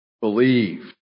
believed